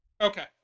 Okay